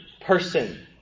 person